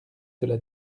cela